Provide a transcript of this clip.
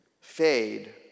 fade